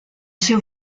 seu